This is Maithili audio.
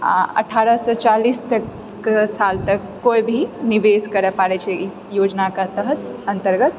आ अठारह सए चालीस तकके साल तक कोइ भी निवेश करऽ पाड़ै ई योजना कऽ तहत अंतर्गत